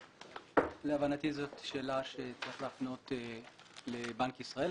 להבנתי זו שאלה שצריך להפנות לבנק ישראל.